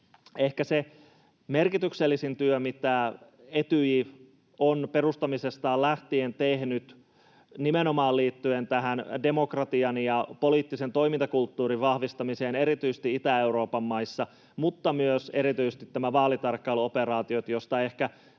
Ehkä se merkityksellisin työ, mitä Etyj on perustamisestaan lähtien tehnyt, liittyy nimenomaan tähän demokratian ja poliittisen toimintakulttuurin vahvistamiseen erityisesti Itä-Euroopan maissa mutta myös erityisesti näihin vaalitarkkailuoperaatioihin, joista ehkä